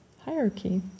hierarchy